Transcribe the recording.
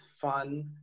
fun